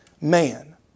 man